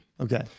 Okay